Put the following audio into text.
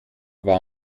war